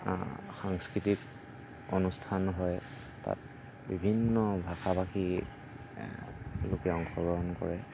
সংস্কৃতিক অনুষ্ঠান হয় তাত বিভিন্ন ভাষা ভাষী লোকে অংশগ্ৰহণ কৰে